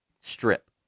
Strip